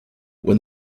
when